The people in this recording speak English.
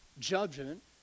judgment